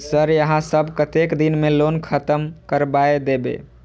Sir यहाँ सब कतेक दिन में लोन खत्म करबाए देबे?